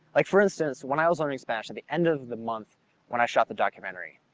like for instance, when i was learning spanish, at the end of the month when i shot the documentary,